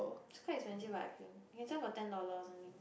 is quite expensive what I feel you can sell for ten dollars I think